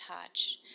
touch